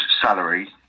salary